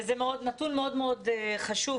וזה נתון מאוד חשוב,